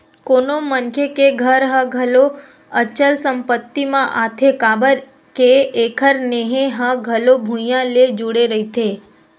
कोनो मनखे के घर ह घलो अचल संपत्ति म आथे काबर के एखर नेहे ह घलो भुइँया ले जुड़े रहिथे